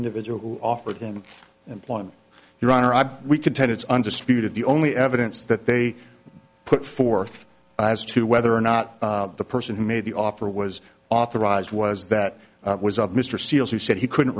individual who offered him employment your honor i we contend it's undisputed the only evidence that they put forth as to whether or not the person who made the offer was authorized was that was of mr seals who said he couldn't